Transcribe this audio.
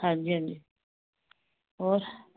ਹਾਂਜੀ ਹਾਂਜੀ ਹੋਰ